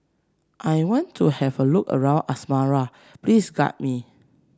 I want to have a look around Asmara please guide me